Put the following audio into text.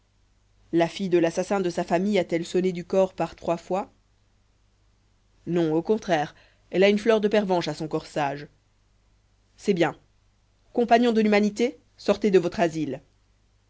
la fille de l'assassin de sa famille a-t-elle sonné du cor par trois fois non au contraire elle a une fleur de pervenche à son corsage c'est bien compagnons de l'humanité sortez de votre asile